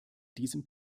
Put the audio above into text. diesem